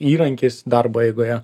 įrankis darbo eigoje